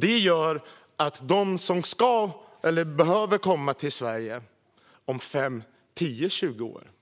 Det gör att toleransen för dem som behöver komma till Sverige om fem, tio eller tjugo år